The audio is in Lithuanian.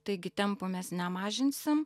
taigi tempų mes nemažinsim